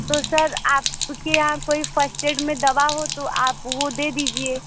तो सर आप के यहाँ कोई फर्स्ट ऐड में दवा हो तो आप वो दे दीजिए